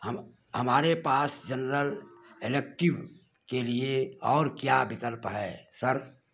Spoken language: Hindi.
हम हमारे पास जनरल इलेक्टिव के लिए और क्या विकल्प है सर